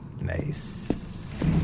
Nice